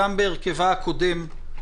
גם בהרכבה הקודם,